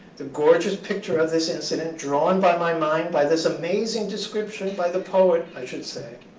the gorgeous picture of this incident drawn by my mind, by this amazing description by the poet, i should say,